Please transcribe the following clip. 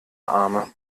arme